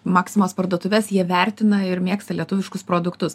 maksimos parduotuves jie vertina ir mėgsta lietuviškus produktus